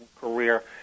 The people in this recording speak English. career